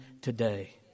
today